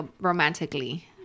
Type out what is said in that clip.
romantically